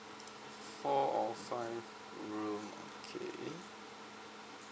four or five room okay